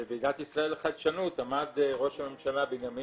בוועידת ישראל לחדשנות עמד ראש הממשלה בנימין